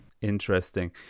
interesting